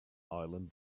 island